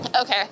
Okay